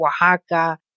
Oaxaca